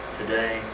today